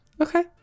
Okay